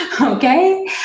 Okay